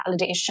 validation